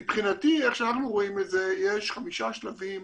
מבחינתי, איך שאנחנו רואים את זה, יש חמישה שלבים